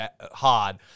hard